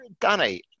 Danny